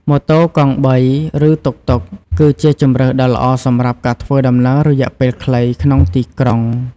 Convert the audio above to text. ម៉ូតូកង់បីឬតុកតុក គឺជាជម្រើសដ៏ល្អសម្រាប់ការធ្វើដំណើររយៈពេលខ្លីក្នុងទីក្រុង។